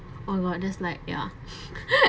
all orders like ya